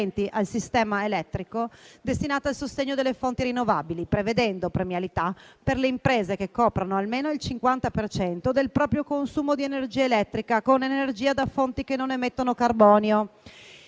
al sistema elettrico destinato al sostegno delle fonti rinnovabili, prevedendo premialità per le imprese che coprono almeno il 50 per cento del proprio consumo di energia elettrica con energia da fonti che non emettono carbonio.